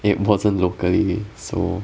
it wasn't locally so